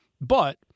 But-